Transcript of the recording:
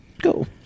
go